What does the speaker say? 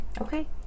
Okay